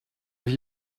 have